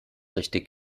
richtig